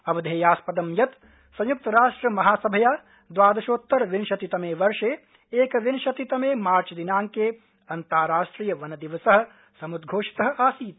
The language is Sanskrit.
अवधेयास्पदं यत् संयुक्तराष्ट्र महासभया द्वादशोत्तरविंशतितमे वर्षे एकविंशतितमे मार्चदिनांके अन्ताराष्ट्रिय वन दिवस समुद्वोषित आसीत्